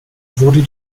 wurde